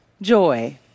joy